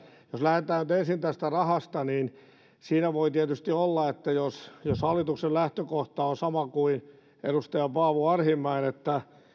jos lähdetään nyt ensin tästä rahasta niin siinä voi tietysti olla että jos jos hallituksen lähtökohta on sama kuin edustaja paavo arhinmäen